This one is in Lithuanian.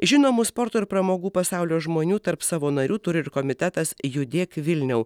žinomų sporto ir pramogų pasaulio žmonių tarp savo narių turi ir komitetas judėk vilniau